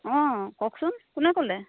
অঁ কওকচোন কোনে ক'লে